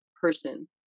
person